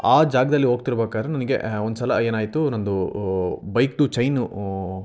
ಆ ಜಾಗದಲ್ಲಿ ಹೋಗ್ತಿರ್ಬೇಕಾರ್ ನನಗೆ ಒಂದು ಸಲ ಏನಾಯಿತು ನನ್ನದು ಬೈಕ್ದು ಚೈನು